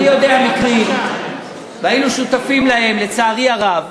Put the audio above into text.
אני יודע על מקרים, והיינו שותפים להם, לצערי הרב,